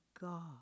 God